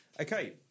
Okay